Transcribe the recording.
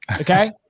okay